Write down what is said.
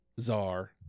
Czar